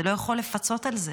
זה לא יכול לפצות על זה.